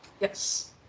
Yes